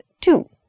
two